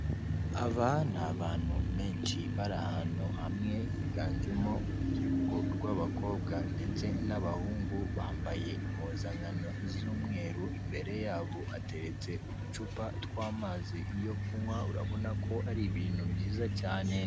Aba ni abantu benshi bari ahantu hamwe, higanjemo urubyiruko rw'abakobwa ndetse n'abahungu, bambaye impuzankano z'umweru, imbere yabo hateretse uducupa tw'amazi yo kunywa, urabona ko ari ibintu byiza cyane.